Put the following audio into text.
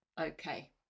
Okay